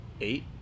eight